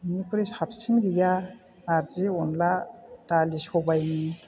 बेनिख्रुइ साबसिन गैया नार्जि अनला दालि सबायनि